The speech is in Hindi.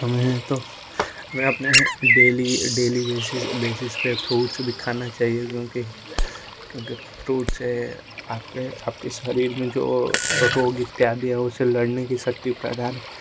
हमें तो हमें अपने डेली डेली बेसिस बेसिस पर फ्रूट भी खाना चाहिए क्योंकि क्योंकि फ्रूट से आपके आपके शरीर में जो रोग इत्यादि उससे लड़ने की शक्ति प्रदान